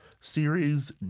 series